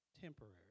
temporary